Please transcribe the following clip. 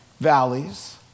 valleys